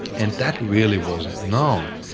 and that really wasn't known.